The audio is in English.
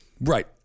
Right